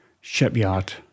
shipyard